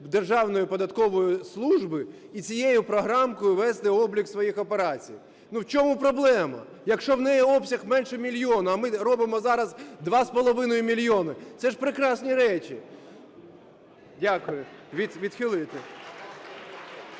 Державної податкової служби і цією програмкою вести облік своїх операцій. В чому проблема? Якщо у неї обсяг менше мільйона, а ми робимо зараз 2,5 мільйона, це ж прекрасні речі. Дякую. Відхилити.